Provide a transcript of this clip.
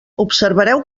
observareu